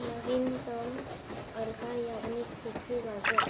नवीनतम अलका याग्निक सूची वाजव